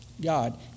God